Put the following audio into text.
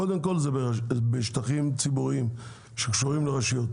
קודם כל שטחים ציבוריים שקשורים לרשויות.